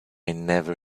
never